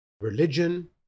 religion